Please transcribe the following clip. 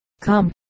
come